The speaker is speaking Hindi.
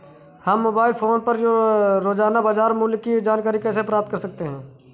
हम मोबाइल फोन पर रोजाना बाजार मूल्य की जानकारी कैसे प्राप्त कर सकते हैं?